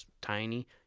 tiny